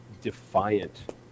defiant